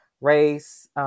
race